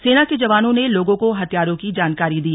सेना के जवानों ने लोगों को हथियारों की जानकारी दी